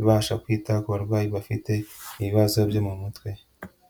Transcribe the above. ibasha kwita ku barwayi bafite ibibazo byo mu mutwe.